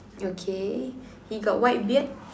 okay he got white beard